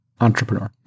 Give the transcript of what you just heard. entrepreneur